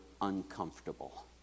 uncomfortable